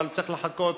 אבל צריך לחכות